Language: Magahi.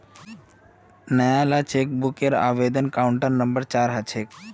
नयाला चेकबूकेर आवेदन काउंटर नंबर चार ह छेक